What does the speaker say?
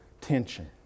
tension